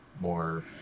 more